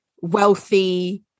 wealthy